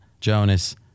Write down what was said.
Jonas